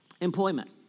employment